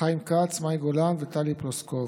חיים כץ, מאי גולן וטלי פלוסקוב,